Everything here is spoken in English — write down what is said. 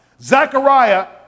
Zechariah